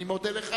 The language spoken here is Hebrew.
אני מודה לך.